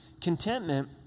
Contentment